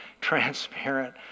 transparent